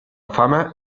fama